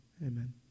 amen